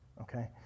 okay